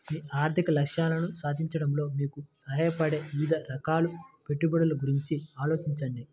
మీ ఆర్థిక లక్ష్యాలను సాధించడంలో మీకు సహాయపడే వివిధ రకాల పెట్టుబడుల గురించి ఆలోచించండి